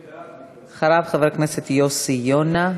אחריו, חבר הכנסת יוסי יונה,